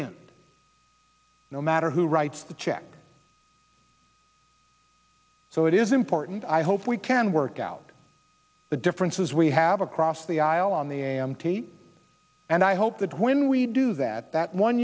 end no matter who writes the check so it is important i hope we can work out the differences we have across the aisle on the a m t and i hope that when we do that that one